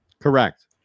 Correct